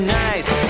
nice